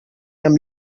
amb